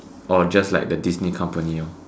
or just like the Disney company hor